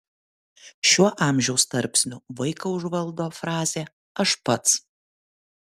šiuo amžiaus tarpsniu vaiką užvaldo frazė aš pats